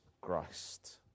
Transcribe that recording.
Christ